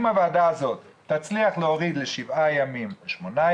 אם הוועדה הזאת תצליח להוריד ל-8-7 ימים,